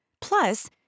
Plus